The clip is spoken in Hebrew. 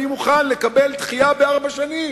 אני מוכן לקבל דחייה בארבע שנים.